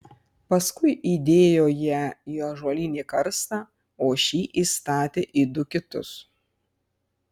paskui įdėjo ją į ąžuolinį karstą o šį įstatė į du kitus